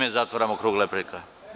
Ovim zatvaramo krug replika.